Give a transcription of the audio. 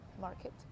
market